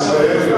אני מסיים,